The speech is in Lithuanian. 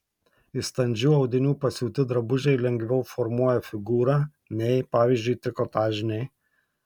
iš standžių audinių pasiūti drabužiai lengviau formuoja figūrą nei pavyzdžiui trikotažiniai